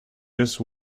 just